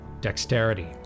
dexterity